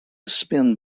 spin